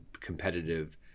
competitive